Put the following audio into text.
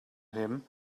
him